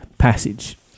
passage